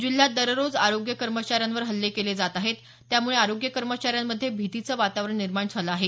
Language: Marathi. जिल्ह्यात दररोज आरोग्य कर्मचाऱ्यांवर हल्ले केले जात आहेत त्यामुळे आरोग्य कर्मचाऱ्यांमध्ये भीतीचं वातावरण निर्माण झालं आहे